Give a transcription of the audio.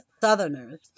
Southerners